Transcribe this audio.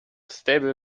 stable